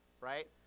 right